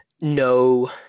No